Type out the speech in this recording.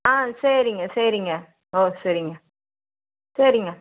ஆ சரிங்க சரிங்க ஓ சரிங்க சரிங்க